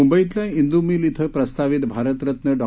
मुंबईतल्या इंदू मिल इथं प्रस्तावित भारतरत्न डॉ